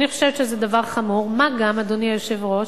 אני חושבת שזה דבר חמור, מה גם, אדוני היושב-ראש,